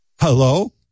Hello